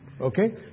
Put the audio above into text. Okay